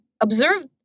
observe